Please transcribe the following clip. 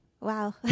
Wow